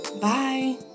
Bye